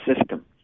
system